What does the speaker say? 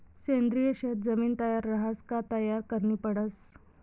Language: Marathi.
सेंद्रिय शेत जमीन तयार रहास का तयार करनी पडस